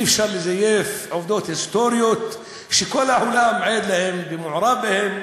אי-אפשר לזייף עובדות היסטוריות שכל העולם עד להן ומעורב בהן.